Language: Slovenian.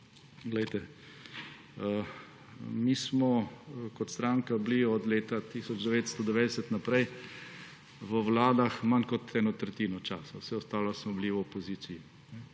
vse narobe. Mi smo kot stranka bili od leta 1990 naprej v vladah manj kot eno tretjino časa. Vse ostalo smo bili v opoziciji.